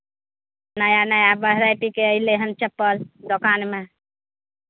नया नया भेराइटीके अयलै हन चप्पल दोकानमे